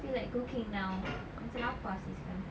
feel like cooking now macam lapar seh sekarang